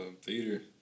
theater